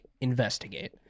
investigate